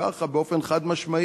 ככה באופן חד-משמעי.